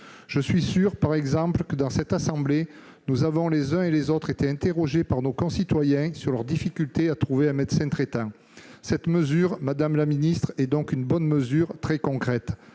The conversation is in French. Je suis, par exemple, certain que, dans cette assemblée, nous avons, les uns et les autres, été interrogés par nos concitoyens sur leurs difficultés à trouver un médecin traitant. Cette mesure, madame la secrétaire d'État, est donc une bonne mesure, très concrète.